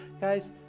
guys